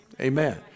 amen